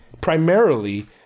primarily